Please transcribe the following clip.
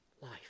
life